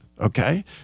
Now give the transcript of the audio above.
Okay